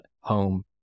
home